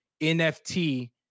NFT